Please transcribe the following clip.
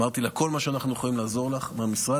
אמרתי לה: בכל מה שאנחנו יכולים לעזור לך מהמשרד,